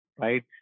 right